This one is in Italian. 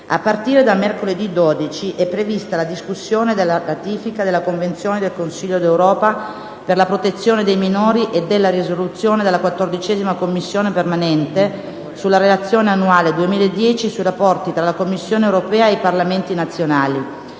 A partire da mercoledì 12 è prevista la discussione della ratifica della Convenzione del Consiglio d'Europa per la protezione dei minori e della Risoluzione della 14a Commissione permanente sulla Relazione annuale 2010 sui rapporti tra la Commissione europea e i Parlamenti nazionali,